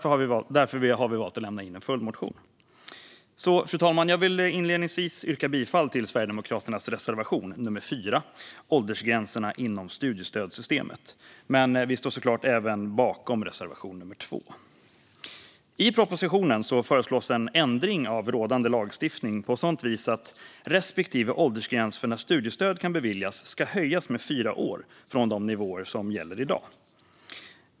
Vi har därför valt att lämna in en följdmotion. Fru talman! Jag vill inledningsvis yrka bifall till Sverigedemokraternas reservation 4 om åldersgränserna inom studiestödssystemet. Vi står självklart även bakom reservation 2. I propositionen föreslås en ändring av rådande lagstiftning på sådant vis att respektive åldersgräns för när studiestöd kan beviljas ska höjas med fyra år från de nivåer som gäller i dag.